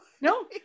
No